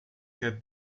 que